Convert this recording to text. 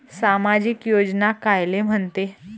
सामाजिक योजना कायले म्हंते?